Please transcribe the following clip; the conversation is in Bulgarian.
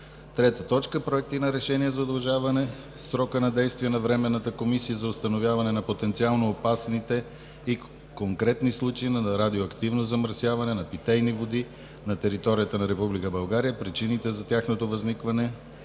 2017 г. 3. Проекти на решения за удължаване срока на действие на Временната комисия за установяване на потенциално опасните и конкретни случаи на радиоактивно замърсяване на питейни води на територията на Република България, причините за тяхното възникване и